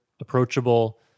approachable